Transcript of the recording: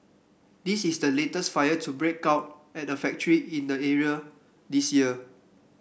this is the latest fire to break out at a factory in the area this year